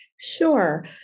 Sure